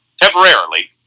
temporarily